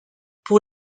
pour